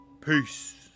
Peace